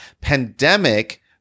Pandemic